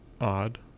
odd